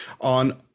on